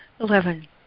Eleven